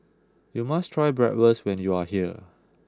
you must try Bratwurst when you are here